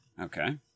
Okay